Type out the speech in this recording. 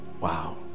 wow